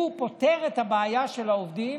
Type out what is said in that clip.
הוא פותר את הבעיה של העובדים.